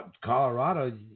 Colorado